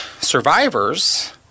survivors